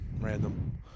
random